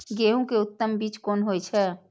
गेंहू के उत्तम बीज कोन होय छे?